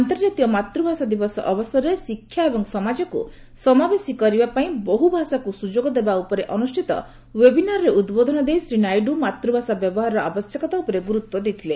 ଅନ୍ତର୍ଜାତୀୟ ମାତୃଭାଷା ଦିବସ ଅବସରରେ 'ଶିକ୍ଷା ଏବଂ ସମାଜକୁ ସମାବେଶୀ କରିବାପାଇଁ ବହୁ ଭାଷାକୁ ସୁଯୋଗ ଦେବା' ଉପରେ ଅନୁଷିତ ୱେବିନାରରେ ଉଦ୍ବୋଧନ ଦେଇ ଶ୍ରୀ ନାଇଡୁ ମାତୃଭାଷା ବ୍ୟବହାରର ଆବଶ୍ୟକତା ଉପରେ ଗୁରୁତ୍ୱ ଦେଇଥିଲେ